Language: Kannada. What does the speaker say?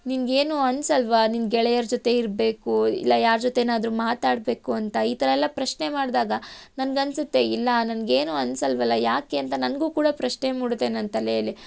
ನಿನಗೇನು ಅನಿಸಲ್ವಾ ನಿನ್ನ ಗೆಳೆಯರ ಜೊತೆ ಇರಬೇಕು ಇಲ್ಲ ಯಾರ ಜೊತೆನಾದ್ರೂ ಮಾತಾಡಬೇಕು ಅಂತ ಈ ಥರಯೆಲ್ಲ ಪ್ರಶ್ನೆ ಮಾಡಿದಾಗ ನನಗೆ ಅನಿಸುತ್ತೆ ಇಲ್ಲ ನನಗೇನು ಅನಿಸಲ್ವಲ್ವಾ ಯಾಕೆ ಅಂತ ನನಗೂ ಕೂಡ ಪ್ರಶ್ನೆ ಮೂಡುತ್ತೆ ನನ್ನ ತಲೆಯಲ್ಲಿ